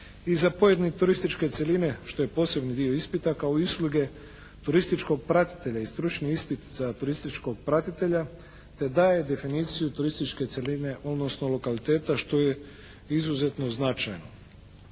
i za pojedine turističke cjeline što je posebni dio ispita kao i usluge turističkog pratitelja i stručni ispit za turističkog pratitelja. Te daje definiciju turističke cjeline odnosno lokaliteta što je izuzetno značajno.